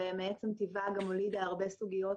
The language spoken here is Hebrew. ומעצם טיבה גם הולידה הרבה סוגיות